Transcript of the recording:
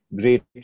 great